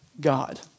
God